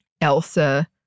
Elsa